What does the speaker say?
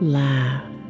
laugh